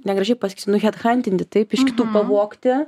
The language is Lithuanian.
negražiai pasakysiu nu hed huntinti taip iš kitų pavogti